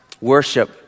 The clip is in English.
worship